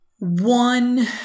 one